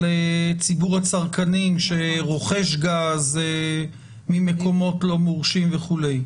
ציבור הצרכנים שרוכש גז ממקומות לא מורשים וכו'.